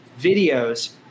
videos